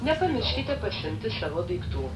nepamirškite pasiimti savo daiktų